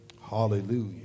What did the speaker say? Hallelujah